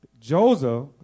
Joseph